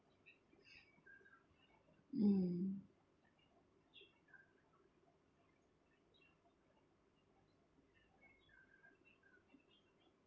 mm